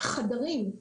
מבחינת חדרים,